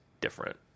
different